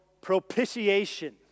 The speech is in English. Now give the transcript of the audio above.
propitiation